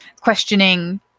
questioning